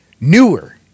Newer